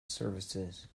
services